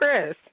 Chris